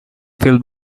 feel